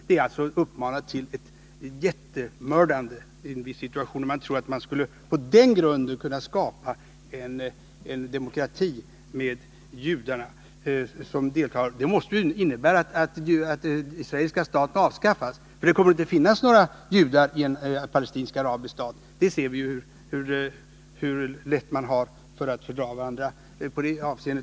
Det är att uppmana till ett jättemördandeii en viss situation, om man tror att man skulle på den grunden kunna skapa en demokrati med judarna som deltagare. Det måste innebära att den israeliska staten avskaffas, för det kommer inte att finnas några judar i en palestinsk-arabisk stat. Vi ser ju hur lätt de olika grupperna har att fördra varandra!